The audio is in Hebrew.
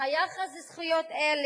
היחס לזכויות אלה,